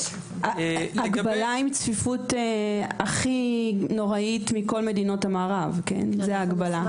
הגבלה עם צפיפות הכי נוראית מכל מדינות המערב זו ההגבלה.